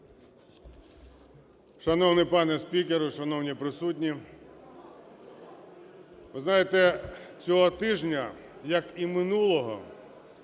Шановний пане спікере, шановні присутні, ви знаєте, цього тижня, як і минулого,